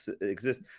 exist